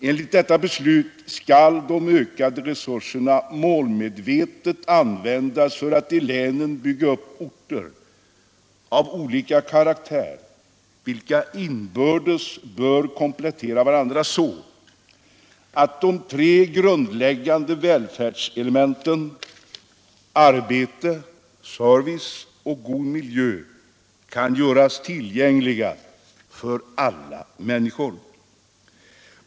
Enligt det beslutet skall de ökade resurserna målmedvetet användas för att i länen bygga upp orter av olika karaktär, vilka inbördes bör komplettera varandra så att de tre grundläggande välfärdselementen arbete, service och god miljö kan göras tillgängliga för alla människor.